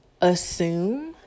Assume